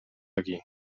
aquí